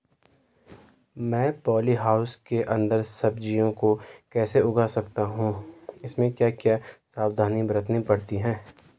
मैं polyhouse के अन्दर सब्जियों को कैसे उगा सकता हूँ इसमें क्या क्या सावधानियाँ बरतनी पड़ती है?